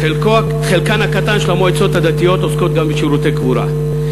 חלקן הקטן של המועצות הדתיות עוסקות גם בשירותי קבורה.